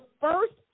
first